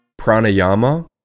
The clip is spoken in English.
pranayama